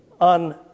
on